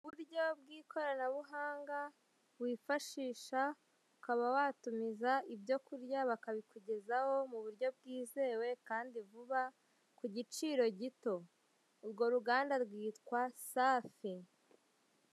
Uburyo bw'ikoranabuhanga wifashisha ukaba watumiza ibyokurya bakabikugezaho mu buryo bwizewe kandi vuba ku giciro gito urwo ruganda rwitwa safi.